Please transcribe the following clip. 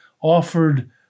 offered